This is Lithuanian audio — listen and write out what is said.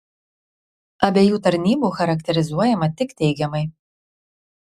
abiejų tarnybų charakterizuojama tik teigiamai